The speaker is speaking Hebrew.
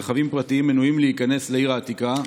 רכבים פרטיים מנועים מלהיכנס לעיר העתיקה.